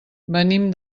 venim